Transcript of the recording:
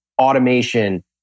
automation